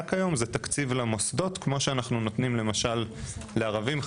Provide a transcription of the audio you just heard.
כיום הוא תקציב למוסדות כמו שאנחנו נותנים למשל לערבים,